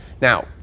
Now